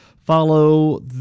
follow